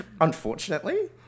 unfortunately